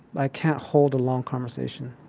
i can't hold a long conversation.